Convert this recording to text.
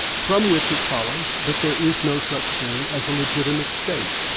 from which it follows that there is no such thing as a legitimate state.